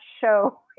show